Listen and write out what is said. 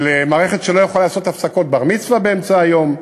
של מערכת שלא יכולה לעשות הפסקות בר-מצווה באמצע היום,